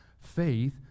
faith